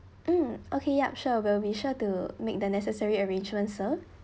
mm okay yup sure we'll be sure to make the necessary arrangements sir